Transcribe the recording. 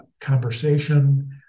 conversation